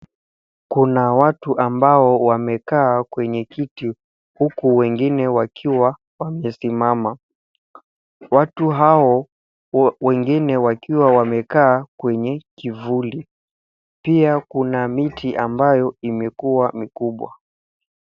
Kuna watu ambao wamekaa kwenye kiti, huku wengine wakiwa wamesimama. Watu hao wengine wakiwa wamekaa kwenye kivuli. Pia kuna miti ambayo imekua mikubwa.